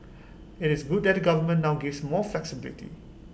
IT is good that the government now gives more flexibility